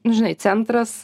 nu žinai centras